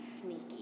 sneaky